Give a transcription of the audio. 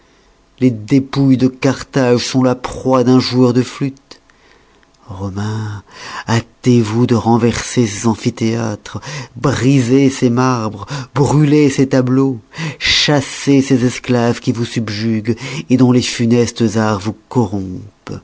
les dépouilles de carthage sont la proie d'un joueur de flûte romains hâtez-vous de renverser ces amphithéâtres brisez ces marbres brûlez ces tableaux chassez ces esclaves qui vous subjuguent dont les funestes arts vous corrompent